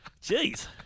Jeez